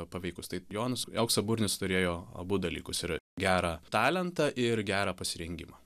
paveikus tai jonas auksaburnis turėjo abu dalykus ir gerą talentą ir gerą pasirengimą